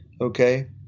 Okay